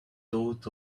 thought